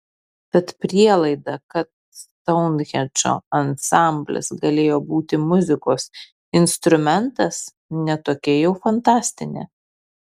tad prielaida kad stounhendžo ansamblis galėjo būti muzikos instrumentas ne tokia jau fantastinė